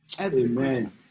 Amen